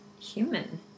human